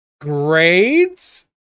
grades